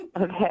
Okay